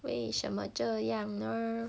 为什么这样呢